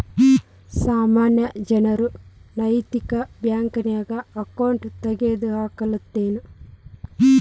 ಸಾಮಾನ್ಯ ಜನರು ನೈತಿಕ ಬ್ಯಾಂಕ್ನ್ಯಾಗ್ ಅಕೌಂಟ್ ತಗೇ ಲಿಕ್ಕಗ್ತದೇನು?